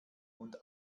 und